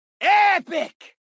Epic